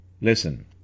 Listen